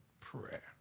prayer